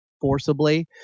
forcibly